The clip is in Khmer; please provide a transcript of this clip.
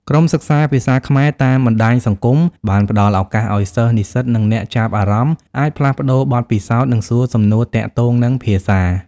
ក្រុមសិក្សាភាសាខ្មែរតាមបណ្តាញសង្គមបានផ្តល់ឱកាសឱ្យសិស្សនិស្សិត និងអ្នកចាប់អារម្មណ៍អាចផ្លាស់ប្តូរបទពិសោធន៍ និងសួរសំណួរទាក់ទងនឹងភាសា។